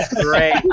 great